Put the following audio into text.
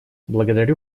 благодарю